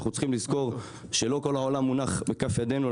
אנחנו צריכים לזכור שלא כל העולם מונח בכף ידינו.